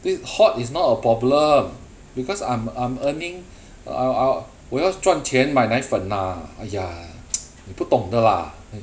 thi~ hot is not a problem because I'm I'm earning uh uh 我要赚钱买奶粉 lah !aiya! 你不懂的 lah